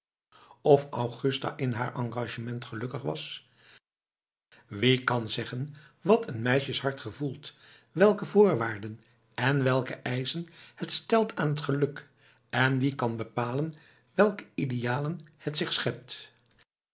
of augusta in haar engagement gelukkig was wie kan zeggen wat een meisjeshart gevoelt welke voorwaarden en welke eischen het stelt aan het geluk en wie kan bepalen welke idealen het zich schept